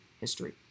history